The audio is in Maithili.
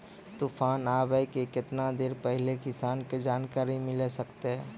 तूफान आबय के केतना देर पहिले किसान के जानकारी मिले सकते?